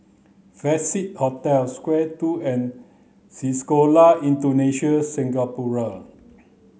Festive Hotel Square two and Sekolah Indonesia Singapura